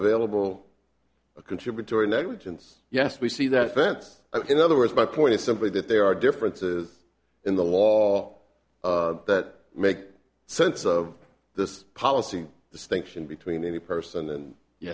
available a contributory negligence yes we see that fence in other words my point is simply that there are differences in the wall that make sense of this policy distinction between any person